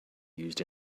used